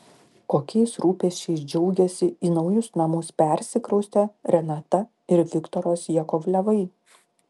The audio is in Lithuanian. kokiais rūpesčiais džiaugiasi į naujus namus persikraustę renata ir viktoras jakovlevai